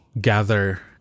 gather